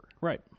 right